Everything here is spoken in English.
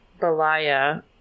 Belaya